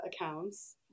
accounts